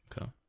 Okay